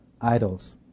idols